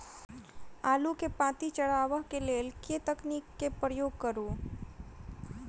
आलु केँ पांति चरावह केँ लेल केँ तकनीक केँ उपयोग करऽ?